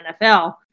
NFL